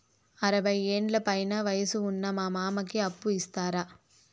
అరవయ్యేండ్ల పైన వయసు ఉన్న మా మామకి అప్పు ఇస్తారా